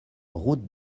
route